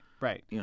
right